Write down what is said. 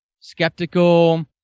skeptical